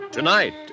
Tonight